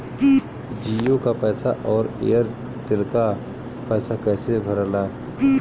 जीओ का पैसा और एयर तेलका पैसा कैसे भराला?